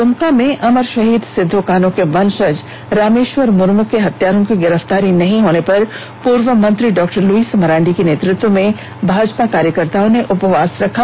दुमका में अमर शहीद सिदो कान्हू के वंशज रामेश्वर मुर्मू के हत्यारो की गिरफ्तारी नहीं होने पर पूर्व मंत्री डॉ लुईस मरांडी के नेतृत्व में भाजपा कार्यकर्ताओं ने उपवास रखा